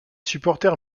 supporters